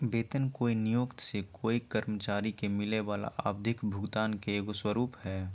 वेतन कोय नियोक्त से कोय कर्मचारी के मिलय वला आवधिक भुगतान के एगो स्वरूप हइ